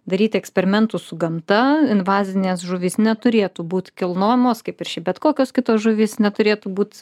daryti eksperimentų su gamta invazinės žuvys neturėtų būt kilnojamos kaip ir šiaip bet kokios kitos žuvys neturėtų būt